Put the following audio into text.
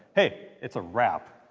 hey! it's a wrap!